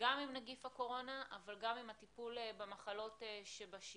גם עם נגיף הקורונה אבל גם עם טיפול במחלות שבשגרה.